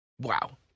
Wow